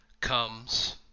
comes